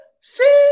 see